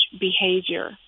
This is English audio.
behavior